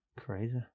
Crazy